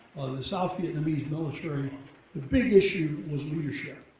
the south vietnamese military, the big issue was leadership.